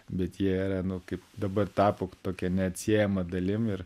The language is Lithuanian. bet jie yra nu kaip dabar tapo tokia neatsiejama dalim ir